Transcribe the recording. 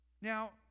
Now